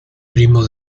primo